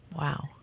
Wow